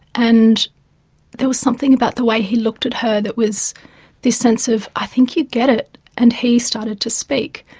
and there was something about the way he looked at her that was this sense of i think you get it, it, and he started to speak.